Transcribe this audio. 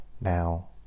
Now